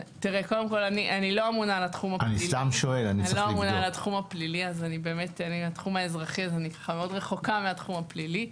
אני לא אומנה על התחום הפלילי אני בתחום האזרחי ורחוקה מהתחום הפלילי.